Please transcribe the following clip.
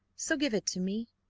so give it to me